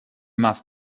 must